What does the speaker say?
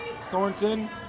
Thornton